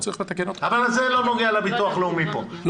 אבל זה לא נוגע לביטוח הלאומי פה,